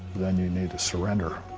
then you need to surrender.